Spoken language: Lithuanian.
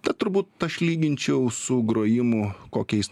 na turbūt aš lyginčiau su grojimu kokiais